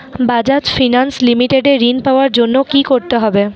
Bajaj finance limited এ ঋন পাওয়ার জন্য কি করতে হবে?